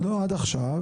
לא, עד עכשיו,